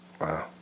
Wow